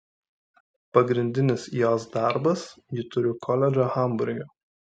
pagrindinis jos darbas ji turi koledžą hamburge